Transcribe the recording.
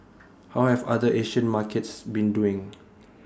how have other Asian markets been doing